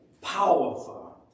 powerful